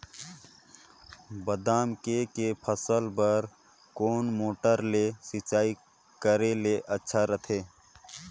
बादाम के के फसल बार कोन मोटर ले सिंचाई करे ले अच्छा रथे?